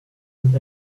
and